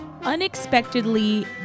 unexpectedly